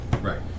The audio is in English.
Right